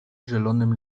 zielonym